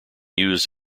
used